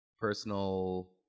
personal